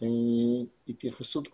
התייחסות קצרה.